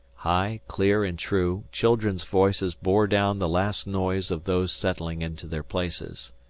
high, clear, and true, children's voices bore down the last noise of those settling into their places.